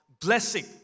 blessing